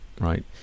right